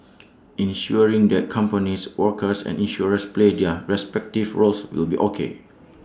ensuring that companies workers and insurers play their respective roles will be okay